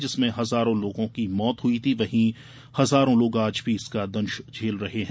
जिसमें हजारों लोगों की मौत हुई थी वहीं हजारों लोग आज भी इसका दंश झेल रहे हैं